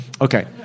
Okay